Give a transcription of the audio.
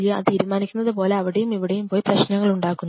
അത് തീരുമാനിക്കുന്നത് പോലെ അവിടെയുമിവിടെയും പോയി പ്രശ്നങ്ങളുണ്ടാക്കുന്നു